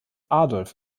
adolf